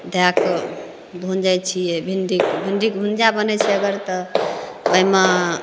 दैके भुजै छिए भिण्डीके भिण्डीके भुजिआ बनै छै अगर तऽ ओहिमे